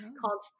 called